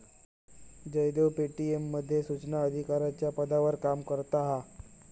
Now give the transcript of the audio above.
Jaydev Paytm मध्ये सुचना अधिकाराच्या पदावर काम करता हा